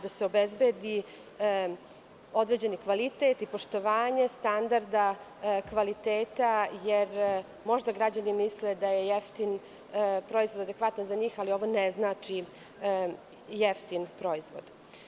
Da se obezbedi određeni kvalitet, poštovanje standarda kvaliteta, jer možda građani misle da je jeftin proizvod adekvatan za njih, ali ovo ne znači jeftin proizvod.